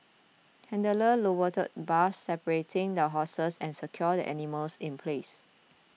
handlers lowered bars separating the horses and secured the animals in place